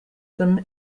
them